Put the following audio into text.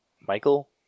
Michael